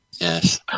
Yes